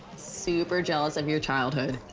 super jealous of your childhood.